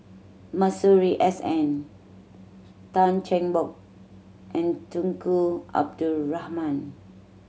Masuri S N Tan Cheng Bock and Tunku Abdul Rahman